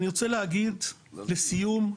לסיום,